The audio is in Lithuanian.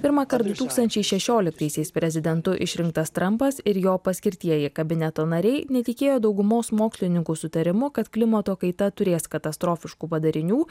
pirmąkart du tūkstančiai šešioliktaisiais prezidentu išrinktas trampas ir jo paskirtieji kabineto nariai netikėjo daugumos mokslininkų sutarimu kad klimato kaita turės katastrofiškų padarinių